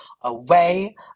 away